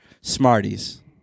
Smarties